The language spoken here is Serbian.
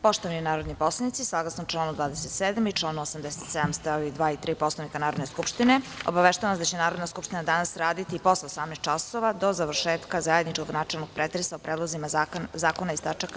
Poštovani narodni poslanici, saglasno članu 27. i članu 87. st. 2. i 3. Poslovnika Narodne skupštine, obaveštavam vas da će Narodna skupština danas raditi i posle 18.00 časova, do završetka zajedničkog načelnog pretresa o predlozima zakona iz tač.